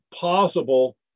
possible